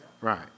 Right